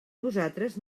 vosaltres